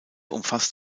umfasst